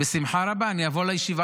ישיבה